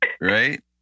Right